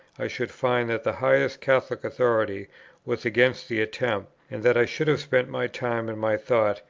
i should find that the highest catholic authority was against the attempt, and that i should have spent my time and my thought,